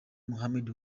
muhammed